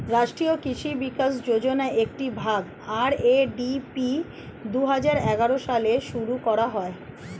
রাষ্ট্রীয় কৃষি বিকাশ যোজনার একটি ভাগ, আর.এ.ডি.পি দুহাজার এগারো সালে শুরু করা হয়